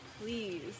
please